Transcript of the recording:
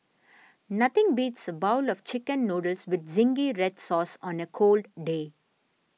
nothing beats a bowl of Chicken Noodles with Zingy Red Sauce on a cold day